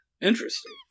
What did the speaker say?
Interesting